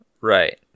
Right